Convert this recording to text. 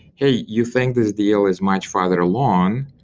hey, you think this deal is much farther along,